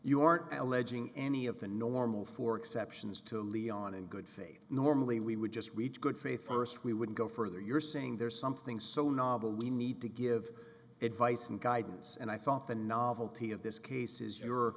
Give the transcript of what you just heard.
you aren't a legend any of the normal four exceptions to leon in good faith normally we would just reach good faith first we wouldn't go further you're saying there's something so novel we need to give advice and guidance and i thought the novelty of this case is your